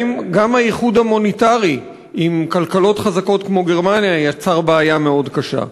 גם האיחוד המוניטרי עם כלכלות חזקות כמו גרמניה יצר בעיה מאוד קשה.